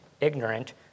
ignorant